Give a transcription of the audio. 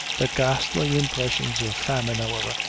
the ghastly impressions of famine, however,